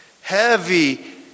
heavy